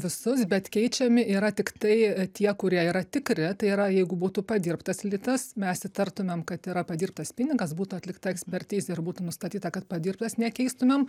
visus bet keičiami yra tiktai tie kurie yra tikri tai yra jeigu būtų padirbtas litas mes įtartumėm kad yra padirbtas pinigas būtų atlikta ekspertizė ir būtų nustatyta kad padirbtas nekeistumėm